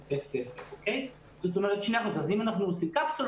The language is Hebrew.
לפי המאמרים שלדעתי הם מאמרים אמינים,